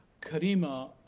karima